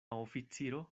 oficiro